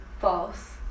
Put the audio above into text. False